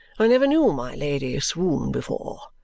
i never knew my lady swoon before.